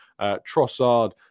Trossard